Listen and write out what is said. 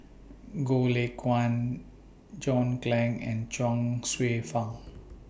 Goh Lay Kuan John Clang and Chuang Hsueh Fang